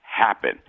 happen